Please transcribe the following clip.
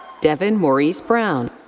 devin maurice brown.